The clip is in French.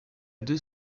deux